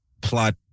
plot